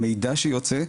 המידע שיוצא,